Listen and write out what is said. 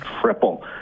triple